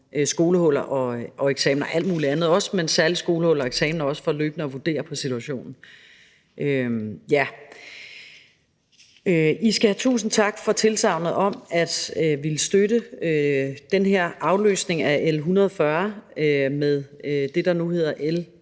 skolehuller og eksamener og også alt muligt andet, men særlig om skolehuller og eksamener, også for løbende at vurdere situationen. I skal have tusind tak for tilsagnet om at ville støtte den her afløsning af L 140 med det, der nu hedder L 114.